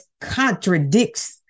contradicts